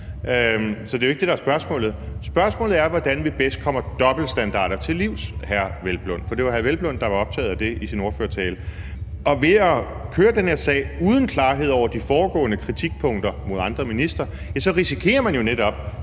Så det er jo ikke det, der er spørgsmålet. Spørgsmålet er, hvordan vi bedst kommer dobbeltstandarder til livs, hr. Peder Hvelplund. For det var hr. Peder Hvelplund, der var optaget af det i sin ordførertale. Ved at køre den her sag uden klarhed over de foregående kritikpunkter mod andre ministre, risikerer man jo netop,